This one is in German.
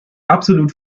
absolut